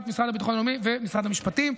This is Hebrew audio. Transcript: המשרד לביטחון לאומי ומשרד המשפטים?